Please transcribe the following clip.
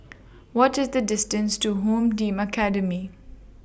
What IS The distance to Home Team Academy